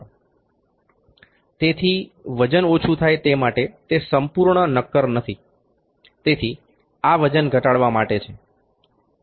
તેથી વજન ઓછુ થાય તે માટે તે સંપૂર્ણ નક્કર નથી તેથી આ વજન ઘટાડવા માટે છે